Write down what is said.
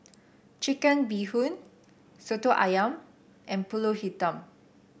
Chicken Bee Hoon Soto ayam and pulut Hitam